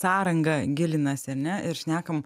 sąrangą gilinasi ar ne ir šnekam